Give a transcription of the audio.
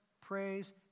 praise